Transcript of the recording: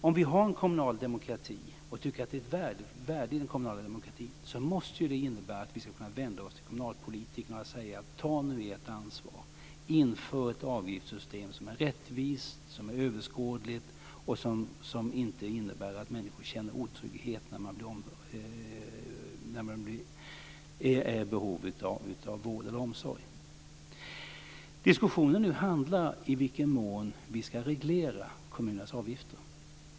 Om vi har en kommunal demokrati och tycker att det är ett värde i den kommunala demokratin, måste det innebära att vi ska kunna vända oss till kommunalpolitikerna och säga att de ska ta sitt ansvar och införa ett avgiftssystem som är rättvist och överskådligt och som inte innebär att människor känner otrygghet när de är i behov av vård eller omsorg. Diskussionen nu handlar om i vilken mån vi ska reglera kommunernas avgifter.